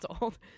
old